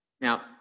Now